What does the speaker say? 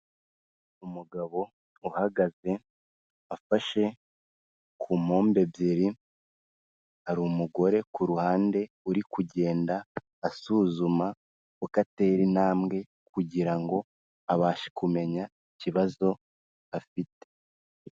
Umugabo uhagaze afashe ku mpumbo ebyiri, hari umugore kuruhande uri kugenda asuzuma uko atera intambwe kugira ngo abashe kumenya ikibazo afite.